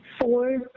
four